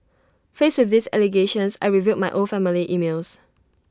faced with these allegations I reviewed my old family emails